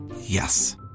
Yes